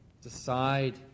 Decide